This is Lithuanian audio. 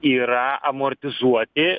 yra amortizuoti